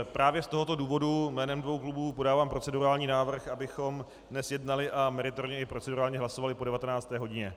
Právě z tohoto důvodu jménem dvou klubů podávám procedurální návrh, abychom dnes jednali a meritorně i procedurálně hlasovali po 19. hodině.